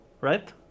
right